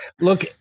Look